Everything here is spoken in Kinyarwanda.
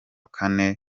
kane